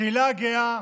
הקהילה הגאה,